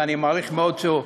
ואני מעריך מאוד שהוא,